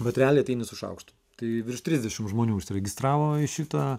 bet realiai ateini su šaukštu tai virš trisdešimt žmonių užsiregistravo į šitą